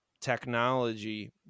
technology